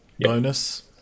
bonus